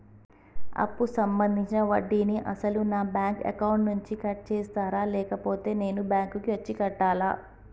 అప్పు సంబంధించిన వడ్డీని అసలు నా బ్యాంక్ అకౌంట్ నుంచి కట్ చేస్తారా లేకపోతే నేను బ్యాంకు వచ్చి కట్టాలా?